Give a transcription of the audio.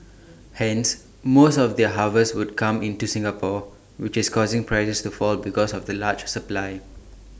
hence most of their harvest would come into Singapore which is causing prices to fall because of the large supply